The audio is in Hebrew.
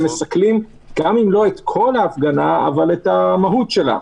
מסכלים גם אם לא את כל ההפגנה אבל את המהות שלה.